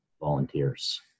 volunteers